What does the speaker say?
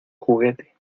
juguete